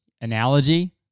Analogy